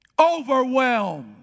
overwhelmed